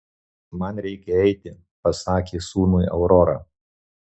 man reikia eiti pasakė sūnui aurora